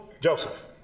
Joseph